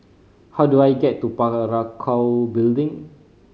how do I get to Building